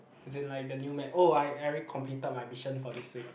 as in like the new map oh I I already completed my mission for this week